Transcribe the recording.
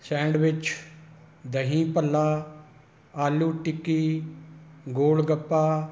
sandwich dahi bhalla aloo tikki golgappa